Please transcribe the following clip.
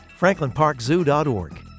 FranklinParkZoo.org